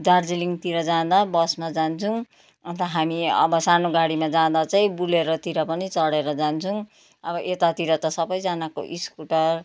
दार्जिलिङतिर जाँदा बसमा जान्छौँ अन्त हामी अब सानो गाडीमा जाँदा चाहिँ बुलेरोतिर पनि चढेर जान्छौँ अब यतातिर त सबैजनाको स्कुटर